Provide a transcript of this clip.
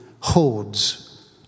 hordes